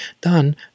done